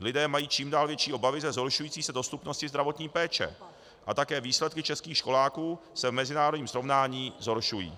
Lidé mají čím dál větší obavy ze zhoršující se dostupnosti zdravotní péče a také výsledky českých školáků se v mezinárodním srovnání zhoršují.